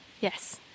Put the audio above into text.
yes